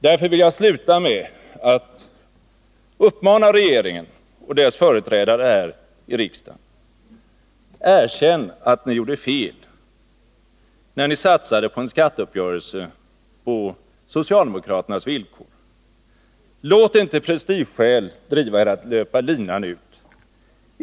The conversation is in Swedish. Därför vill jag sluta med att uppmana regeringen och dess företrädare här i riksdagen: Erkänn att ni gjorde fel, när ni satsade på en skatteuppgörelse på socialdemokraternas villkor! Låt inte prestigeskäl driva er att löpa linan ut!